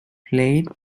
played